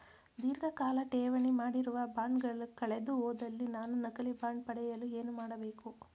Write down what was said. ಧೀರ್ಘಕಾಲ ಠೇವಣಿ ಮಾಡಿರುವ ಬಾಂಡ್ ಕಳೆದುಹೋದಲ್ಲಿ ನಾನು ನಕಲಿ ಬಾಂಡ್ ಪಡೆಯಲು ಏನು ಮಾಡಬೇಕು?